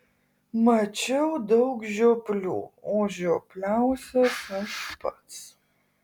mačiau daug žioplių o žiopliausias aš pats